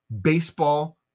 baseball